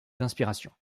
d’inspiration